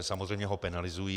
Samozřejmě ho penalizují.